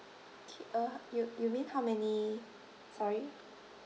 K uh you you mean how many sorry